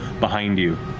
behind you.